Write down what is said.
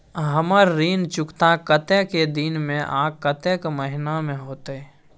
हमर ऋण चुकता कतेक दिन में आ कतेक महीना में होतै?